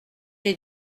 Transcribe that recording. est